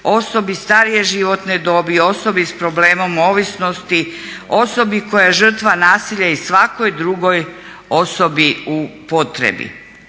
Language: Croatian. osobi starije životne dobi, osobi s problemom ovisnosti, osobi koja je žrtva nasilja i svakoj drugoj osobi u potrebi.